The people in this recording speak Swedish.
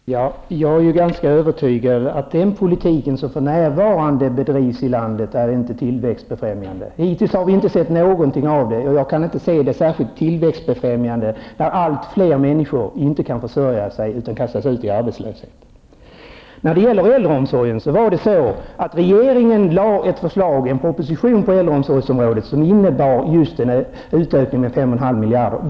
Herr talman! Jag är ganska övertygad om att den politik som för närvarande bedrivs i landet inte är tillväxtbefrämjande. Hittills har vi inte sett något som tyder på det. Och jag kan inte se att det är särskilt tillväxtbefrämjande när allt fler människor inte kan försörja sig utan kastas ut i arbetslöshet. Den förra regeringen lade fram en proposition på äldreomsorgens område som innebar just en utökning med 5,5 miljarder.